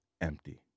empty